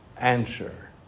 answer